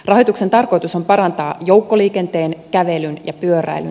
rahoituksen tarkoitus on parantaa joukkoliikenteen kävelyn ja pyöräilyn